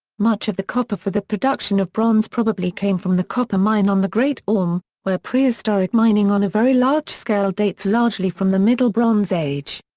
much of the copper for the production of bronze probably came from the copper mine on the great orme, where prehistoric mining on a very large scale dates largely from the middle bronze age.